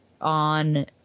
on